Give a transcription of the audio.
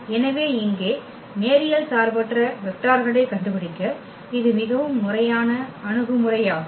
எனவே இங்கே நேரியல் சார்பற்ற வெக்டார்களைக் கண்டுபிடிக்க இது மிகவும் முறையான அணுகுமுறையாகும்